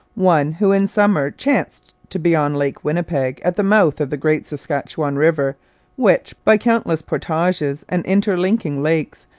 one who in summer chanced to be on lake winnipeg at the mouth of the great saskatchewan river which, by countless portages and interlinking lakes,